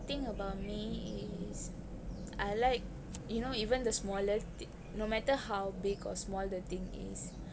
thing about me is I like you know even the smallest no matter how big or small the thing is